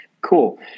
Cool